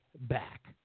back